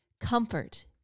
Comfort